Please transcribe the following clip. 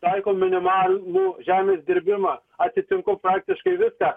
taiko minimalų žemės dirbimą atitinku praktiškai viską